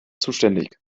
zuständig